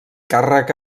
càrrec